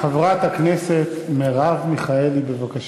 חברת הכנסת מרב מיכאלי, בבקשה.